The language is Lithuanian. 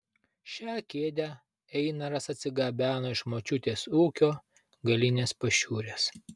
šią kėdę einaras atsigabeno iš močiutės ūkio galinės pašiūrės